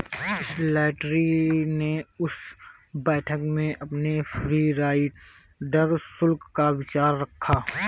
Slattery ने उस बैठक में अपने फ्री राइडर शुल्क का विचार रखा